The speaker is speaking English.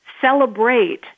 celebrate